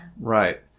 Right